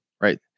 Right